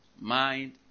mind